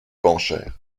pancher